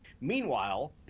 Meanwhile